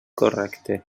correcte